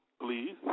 please